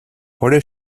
holle